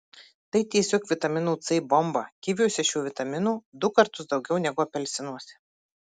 tai tiesiog vitamino c bomba kiviuose šio vitamino du kartus daugiau negu apelsinuose